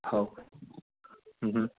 हव हो